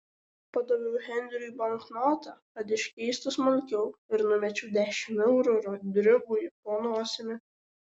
padaviau henriui banknotą kad iškeistų smulkiau ir numečiau dešimt eurų rodrigui po nosimi